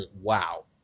wow